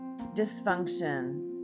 dysfunction